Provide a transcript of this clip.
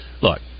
look